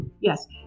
Yes